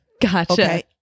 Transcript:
Gotcha